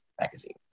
magazine